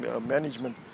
management